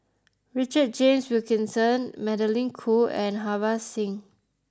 Richard James Wilkinson Magdalene Khoo and Harbans Singh